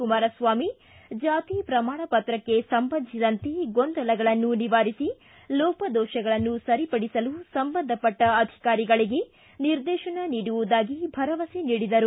ಕುಮಾರಸ್ವಾಮಿ ಜಾತಿ ಪ್ರಮಾಣ ಪ್ರತ್ರಕ್ಕೆ ಸಂಬಂಧಿಸಿದಂತೆ ಗೊಂದಲಗಳನ್ನು ನಿವಾರಿಸಿ ಲೋಪದೋಷಗಳನ್ನು ಸರಿಪಡಿಸಲು ಸಂಬಂಧಪಟ್ಟ ಅಧಿಕಾರಿಗಳಿಗೆ ನಿರ್ದೇಶನ ನೀಡುವುದಾಗಿ ಭರವಸೆ ನೀಡಿದರು